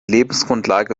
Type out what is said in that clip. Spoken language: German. lebensgrundlage